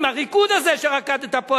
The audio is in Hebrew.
עם הריקוד הזה שרקדת פה,